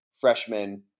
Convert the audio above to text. freshman